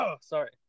Sorry